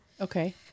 Okay